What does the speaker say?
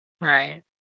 Right